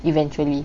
eventually